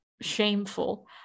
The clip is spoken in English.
shameful